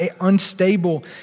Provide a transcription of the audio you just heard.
unstable